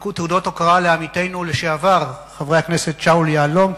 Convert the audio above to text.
הוענקו תעודות הוקרה לעמיתינו לשעבר חברי הכנסת שאול יהלום,